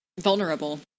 vulnerable